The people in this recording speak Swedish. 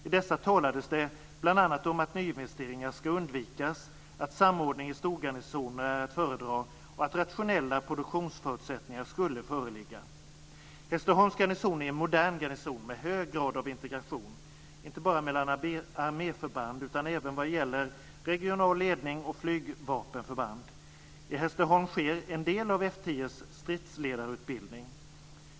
I dessa talas det bl.a. om att nyinvesteringar ska undvikas, att samordning i storgarnisoner är att föredra och att rationella produktionsförutsättningar skulle föreligga. Hässleholms garnison är en modern garnison med hög grad av integration, inte bara mellan arméförband utan även vad gäller regional ledning och flygvapenförband. I Hässleholm sker en del av F 10:s stridsledarutbildning.